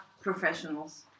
professionals